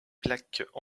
plaques